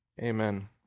Amen